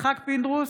יצחק פינדרוס,